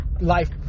Life